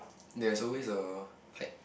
there's always a white